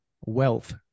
wealth